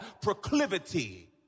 proclivity